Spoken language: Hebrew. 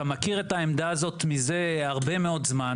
אתה מכיר את העמדה הזאת מזה הרבה מאוד זמן,